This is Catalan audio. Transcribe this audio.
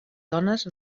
dones